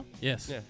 Yes